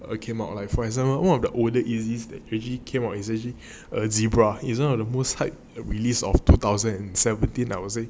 ah came out like for example one of the older easy that actually came out is actually err zebra isn't the most hyped release of two thousand and seventeen I would say